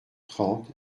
trente